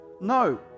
No